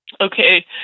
okay